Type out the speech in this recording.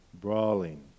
Brawling